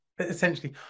essentially